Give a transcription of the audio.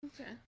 okay